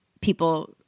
people